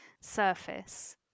surface